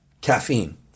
Caffeine